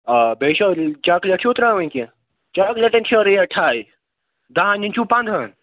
آ بیٚیہِ چھَو نِنۍ چاکلیٹ چھِو ترٛاوٕنۍ کیٚنٛہہ چاکلیٹَن چھَو ریٹ ہاے دَہَن ہُنٛد چھُو پَنٛدہَن دَہَن ہُنٛد چھُو پنٛدہَن